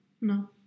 No